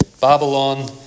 Babylon